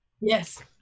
yes